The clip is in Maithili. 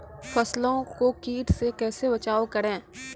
फसलों को कीट से कैसे बचाव करें?